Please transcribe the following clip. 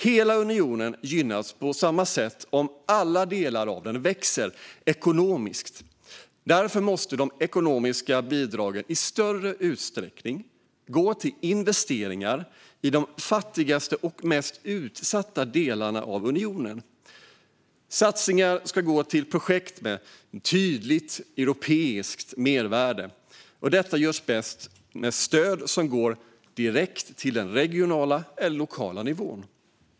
Hela unionen gynnas på samma sätt om alla delar av den växer ekonomiskt. Därför måste de ekonomiska bidragen i större utsträckning gå till investeringar i de fattigaste och mest utsatta delarna av unionen. Satsningar ska gå till projekt med tydligt europeiskt mervärde, och detta görs bäst med stöd som går direkt till den regionala eller den lokala nivån.